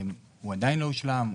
הוא עדיין לא הושלם,